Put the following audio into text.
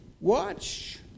Watch